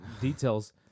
details